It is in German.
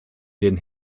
den